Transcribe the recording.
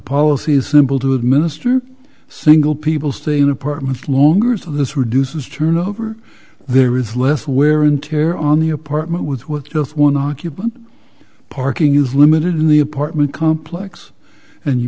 policy is simple to administer single people stay in apartments longer as of this reduces turnover there is less wear and tear on the apartment with just one occupant parking is limited in the apartment complex and you